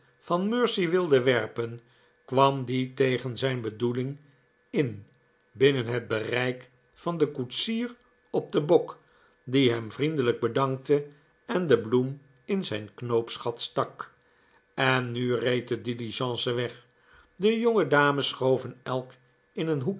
van mercy wilde werpen k warn die teg'en zijn bedoeling in binnen het bereik van den kpetsier op den bok die hem vriendelijk bedankte en de bloem in zijn knoopsgat stak en nu reed de diligence weg de jongedames schoven elk in een hoek